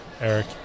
Eric